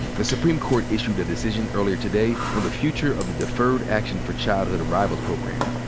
the supreme court issued a decision earlier today on the future of the deferred action for childhood arrivals program,